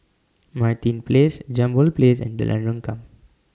Martin Place Jambol Place and Jalan Rengkam